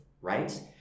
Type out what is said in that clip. right